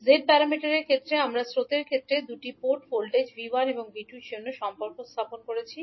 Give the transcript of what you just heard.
z প্যারামিটারের ক্ষেত্রে আমরা স্রোতের ক্ষেত্রে দুটি পোর্ট ভোল্টেজ V1 এবং 𝐕2 এর জন্য সম্পর্ক স্থাপন করেছি